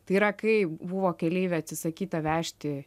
tai yra kai buvo keleivį atsisakyta vežti